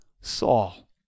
Saul